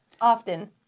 often